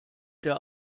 der